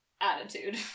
attitude